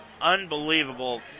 Unbelievable